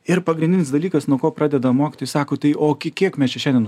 ir pagrindinis dalykas nuo ko pradedam mokytis sako tai o iki kiek mes čia šiandien